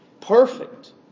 perfect